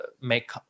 make